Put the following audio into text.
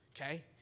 okay